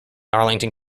arlington